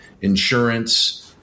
insurance